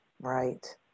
Right